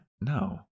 No